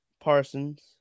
Parsons